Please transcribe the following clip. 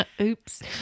Oops